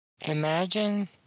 Imagine